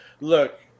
look